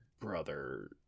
brother